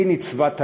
לי נצבט הלב,